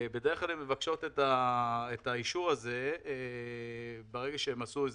בדרך כלל הן מבקשות את האישור הזה כאשר הן עשו איזו